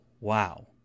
wow